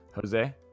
Jose